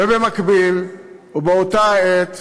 ובמקביל, ובאותה העת,